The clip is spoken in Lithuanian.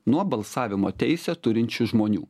nuo balsavimo teisę turinčių žmonių